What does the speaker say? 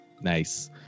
Nice